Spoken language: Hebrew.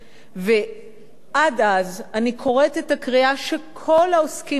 עד אז אני קוראת את הקריאה שכל העוסקים בחוק הזה